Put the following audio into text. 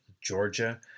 Georgia